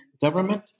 government